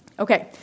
Okay